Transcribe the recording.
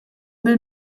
bil